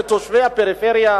שתושבי הפריפריה